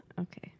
Okay